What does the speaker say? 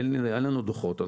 אין לנו דוחות.